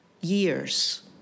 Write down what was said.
years